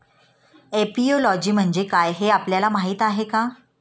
Apiology म्हणजे काय, हे आपल्याला माहीत आहे का?